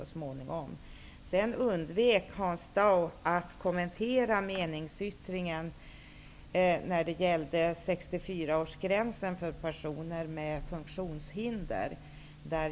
Hans Dau undvek att kommentera meningsyttringen när det gällde 64-årsgränsen för personer med funktionshinder.